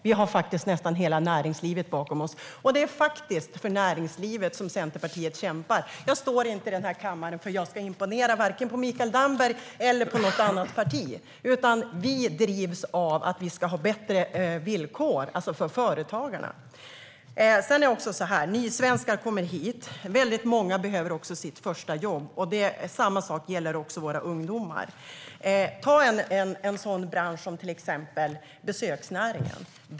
Vi har faktiskt nästan hela näringslivet bakom oss, och det är näringslivet som Centerpartiet kämpar för. Jag står inte i den här kammaren för att imponera på Mikael Damberg eller på något annat parti, utan vi drivs av att vi ska ha bättre villkor för företagarna. Sedan är det också så här att nysvenskar kommer hit. Väldigt många behöver sitt första jobb, och detsamma gäller våra ungdomar. Ta en sådan bransch som besöksnäringen!